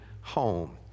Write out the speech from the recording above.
home